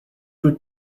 would